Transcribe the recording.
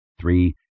Three